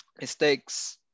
Mistakes